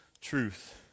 truth